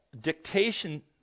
dictation